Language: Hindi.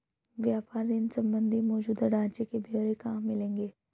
व्यापार ऋण संबंधी मौजूदा ढांचे के ब्यौरे कहाँ मिलेंगे?